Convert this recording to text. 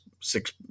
six